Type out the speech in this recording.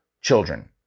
children